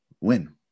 win